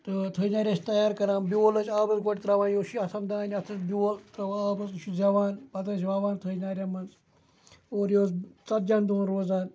تہٕ تھٔجنارِ آسہِ تیار کَران بیول ٲسۍ آبَس گۄڈٕ پٲٹھۍ ترٛاوان یورٕ چھِ اَتھَن دانہِ اَتھٕ بیول ترٛاوان آبَس یہِ چھُ زٮ۪وان پَتہٕ ٲسۍ وَوان تھٔجنارٮ۪ن منٛز اور یہِ اوس ژتجی ہَن دۄہَن روزان